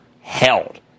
held